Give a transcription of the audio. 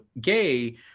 gay